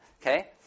Okay